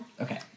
Okay